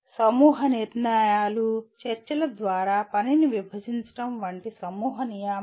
సమూహ నిర్ణయాలు చర్చల ద్వారా పనిని విభజించడం వంటి సమూహ నియామకాలు